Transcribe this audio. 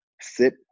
sit